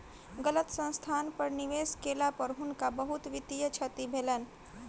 गलत स्थान पर निवेश केला पर हुनका बहुत वित्तीय क्षति भेलैन